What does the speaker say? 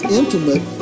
intimate